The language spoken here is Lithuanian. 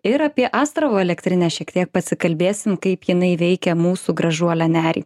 ir apie astravo elektrinę šiek tiek pasikalbėsim kaip jinai veikia mūsų gražuolę nerį